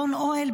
אלון אהל,